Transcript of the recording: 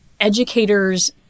educators